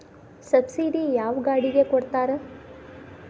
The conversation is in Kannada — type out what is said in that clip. ಸಬ್ಸಿಡಿ ಯಾವ ಗಾಡಿಗೆ ಕೊಡ್ತಾರ?